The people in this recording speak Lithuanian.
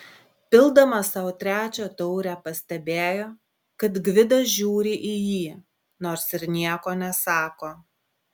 pildamas sau trečią taurę pastebėjo kad gvidas žiūri į jį nors ir nieko nesako